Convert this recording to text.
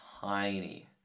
tiny